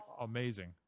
Amazing